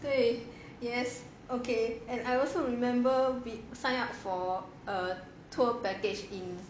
对 yes okay and I also remember we sign up for a tour package in